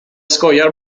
skojar